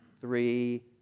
three